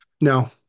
No